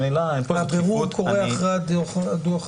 הבירור קורה אחרי הדוח הראשון.